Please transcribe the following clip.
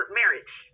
marriage